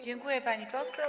Dziękuję, pani poseł.